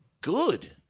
good